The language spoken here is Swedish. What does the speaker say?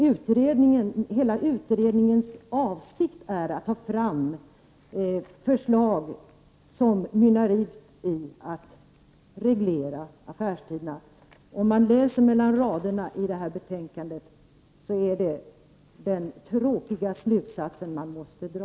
Avsikten med utredningen är att förslag skall kunna tas fram som utmynnar i en reglering av affärstiderna. Den tråkiga slutsatsen drar man om man läser mellan raderna i betänkandet.